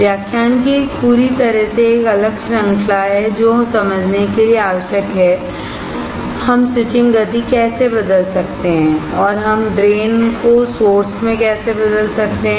व्याख्यान की एक पूरी तरह से एक अलग श्रृंखला है जो समझने के लिए आवश्यक है हम स्विचिंग गति कैसे बदल सकते हैं और हम ड्रेन को सोर्स में कैसे बदल सकते हैं